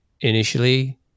initially